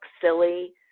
silly